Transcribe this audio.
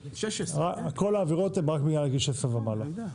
מגיל 16. כל העבירות הן רק מגיל 16 ומעלה.